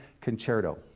Concerto